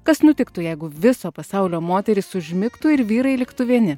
kas nutiktų jeigu viso pasaulio moterys užmigtų ir vyrai liktų vieni